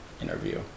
interview